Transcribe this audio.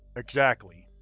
exactly.